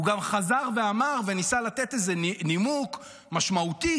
הוא גם חזר ואמר וניסה לתת איזה נימוק משמעותי,